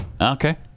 Okay